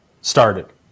started